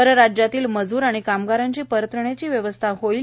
परराज्यातील मजूर आणि कामगारांची परतण्याची व्यवस्था होईल